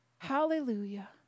Hallelujah